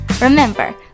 Remember